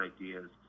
ideas